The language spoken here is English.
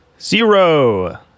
Zero